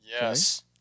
Yes